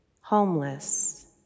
homeless